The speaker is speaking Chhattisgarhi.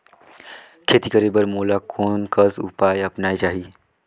खेती करे बर मोला कोन कस उपाय अपनाये चाही?